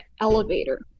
elevator